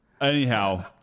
Anyhow